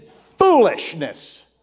foolishness